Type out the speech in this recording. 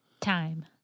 Time